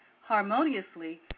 harmoniously